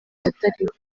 atariho